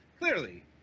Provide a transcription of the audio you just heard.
Clearly